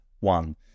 One